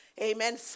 amen